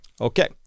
Okay